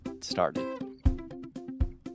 started